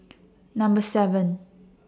Number seven